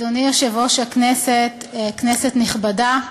אדוני יושב-ראש הכנסת, כנסת נכבדה,